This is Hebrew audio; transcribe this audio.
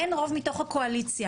אין רוב מתוך הקואליציה,